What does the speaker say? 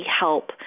help